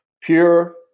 pure